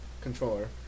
Controller